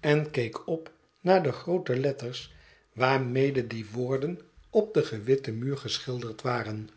en keek op naar de groote letters waarmede die woorden op den gewitten muur geschilderd waren